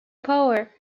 power